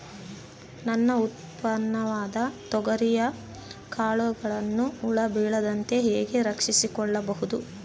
ನನ್ನ ಉತ್ಪನ್ನವಾದ ತೊಗರಿಯ ಕಾಳುಗಳನ್ನು ಹುಳ ಬೇಳದಂತೆ ಹೇಗೆ ರಕ್ಷಿಸಿಕೊಳ್ಳಬಹುದು?